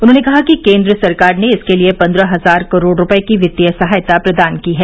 उन्होंने कहा कि केन्द्र सरकार ने इसके लिए पन्द्रह हजार करोड़ रुपये की वित्तीय सहायता प्रदान की है